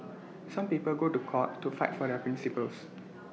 some people go to court to fight for their principles